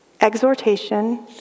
exhortation